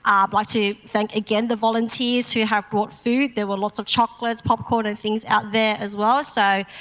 um like to thank again the volunteers who have brought food, there were lots of chocolates, popcorn and things out there as well. so,